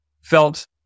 felt